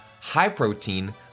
high-protein